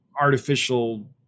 artificial